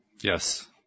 Yes